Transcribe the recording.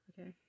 Okay